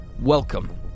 welcome